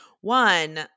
One